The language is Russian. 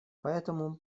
поэтому